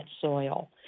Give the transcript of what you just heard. soil